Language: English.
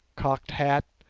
cocked hat,